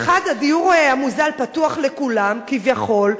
מחד גיסא, הדיור המוזל פתוח לכולם כביכול.